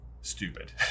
stupid